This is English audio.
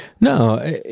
No